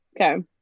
Okay